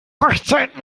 hochzeit